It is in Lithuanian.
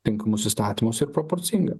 tinkamus įstatymus ir proporcinga